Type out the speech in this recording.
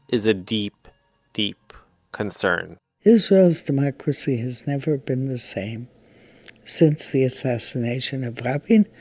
is a deep deep concern israel's democracy has never been the same since the assassination of rabin.